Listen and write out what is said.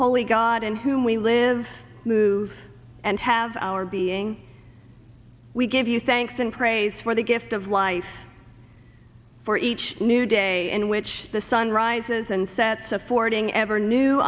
holy god in whom we live move and have our being we give you thanks and praise for the gift of life for each new day in which the sun rises and sets affording ever new